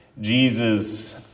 Jesus